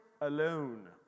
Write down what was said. alone